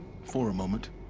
for a moment.